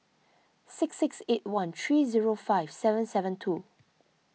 six six eight one three zero five seven seven two